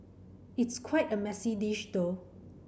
it's quite a messy dish though